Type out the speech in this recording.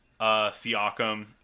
Siakam